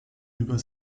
über